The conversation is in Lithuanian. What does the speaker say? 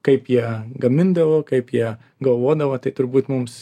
kaip jie gamindavo kaip jie galvodavo tai turbūt mums